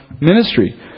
ministry